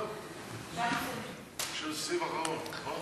אנחנו עוברים לסעיף הבא והאחרון שעל